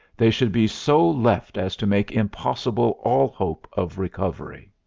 they should be. so left as to make impossible all hope of recovery.